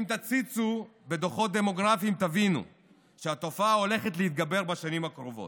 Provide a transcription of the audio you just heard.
אם תציצו בדוחות דמוגרפיים תבינו שהתופעה הולכת להתגבר בשנים הקרובות,